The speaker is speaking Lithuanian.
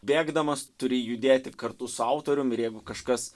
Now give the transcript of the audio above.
bėgdamas turi judėti kartu su autorium ir jeigu kažkas